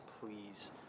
please